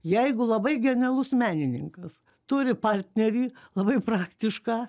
jeigu labai genialus menininkas turi partnerį labai praktišką